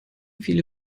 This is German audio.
viele